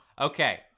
Okay